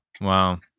Wow